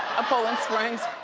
a poland springs.